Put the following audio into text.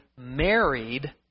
married